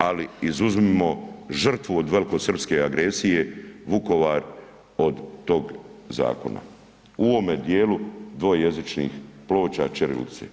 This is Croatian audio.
Ali, izuzmimo žrtvu od velikosrpske agresije, Vukovar, od tog zakona u ovome dijelu dvojezičnih ploča, ćirilici.